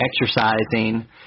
exercising